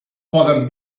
poden